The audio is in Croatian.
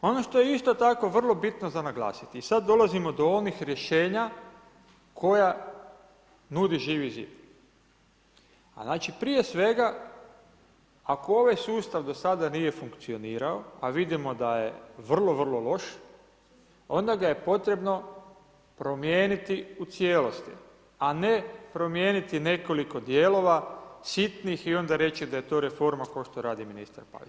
Ono što je isto tako vrlo bitno za naglasiti i sada dolazimo do onih rješenja koja nudi Živi zdi, a znači prije svega, ako ovaj sustav od sada nije funkcionirao, a vidimo da je vrlo, vrlo loš, onda ga je potrebno promijeniti u cijelosti, a ne promijeniti nekoliko dijelova, sitnih i onda reći da je to reforma kao što radi ministar Pavić.